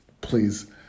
please